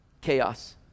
chaos